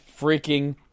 freaking